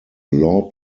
law